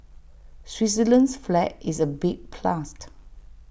Switzerland's flag is A big plus